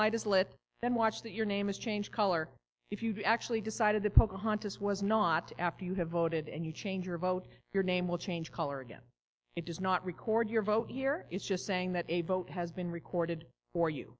light is lit then watch that your name is changed color if you actually decided to pocahontas was not after you have voted and you change your vote your name will change color again it does not record your vote here is just saying that a vote has been recorded for you